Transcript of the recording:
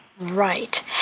Right